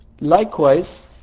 Likewise